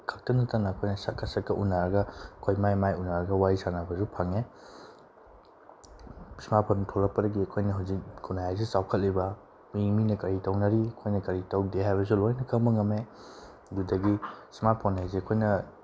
ꯈꯛꯇ ꯅꯠꯇꯅ ꯑꯩꯈꯣꯏꯅ ꯁꯛꯀ ꯁꯛꯀ ꯎꯟꯅꯔꯒ ꯑꯩꯈꯣꯏ ꯃꯥꯏ ꯃꯥꯏ ꯎꯟꯅꯔꯒ ꯋꯥꯔꯤ ꯁꯥꯟꯅꯕꯁꯨ ꯐꯪꯉꯦ ꯏꯁꯃꯥꯔꯠ ꯐꯣꯟ ꯊꯣꯛꯂꯛꯄꯗꯒꯤ ꯑꯩꯈꯣꯏꯅ ꯍꯧꯖꯤꯛ ꯈꯨꯅꯥꯏ ꯑꯁꯤꯗ ꯆꯥꯎꯈꯠꯂꯤꯕ ꯃꯤ ꯃꯤꯅ ꯀꯔꯤ ꯇꯧꯅꯔꯤ ꯑꯩꯈꯣꯏꯅ ꯀꯔꯤ ꯇꯧꯗꯦ ꯍꯥꯏꯕꯁꯨ ꯂꯣꯏꯅ ꯈꯪꯕ ꯉꯝꯃꯦ ꯑꯗꯨꯗꯒꯤ ꯏꯁꯃꯥꯔꯠ ꯐꯣꯟ ꯍꯥꯏꯁꯦ ꯑꯩꯈꯣꯏꯅ